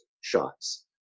shots